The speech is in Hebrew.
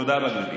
תודה לך, גברתי.